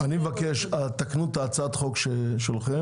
אני מבקש שתתקנו את הצעת החוק שלכם,